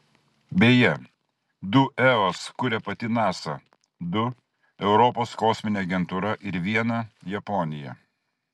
beje du eos kuria pati nasa du europos kosminė agentūra ir vieną japonija